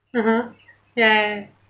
(uh huh) ya ya